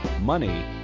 money